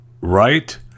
right